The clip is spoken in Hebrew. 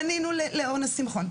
פנינו לרונה שמחון,